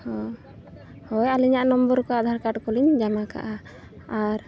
ᱦᱳᱭ ᱟᱹᱞᱤᱧᱟᱜ ᱱᱟᱢᱵᱟᱨ ᱠᱚ ᱟᱫᱷᱟᱨ ᱠᱟᱨᱰ ᱠᱚᱞᱤᱧ ᱧᱟᱢ ᱟᱠᱟᱫᱼᱟ ᱟᱨ